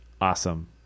awesome